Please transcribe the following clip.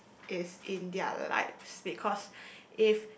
is in their lives because if